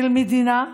של המדינה,